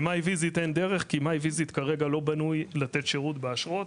ב-MY VISIT אין דרך כי MY VISIT כרגע לא בנוי לתת שירות באשרות,